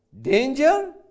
danger